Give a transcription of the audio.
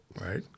right